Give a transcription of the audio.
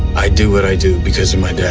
i do what i do because my dad.